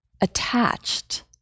attached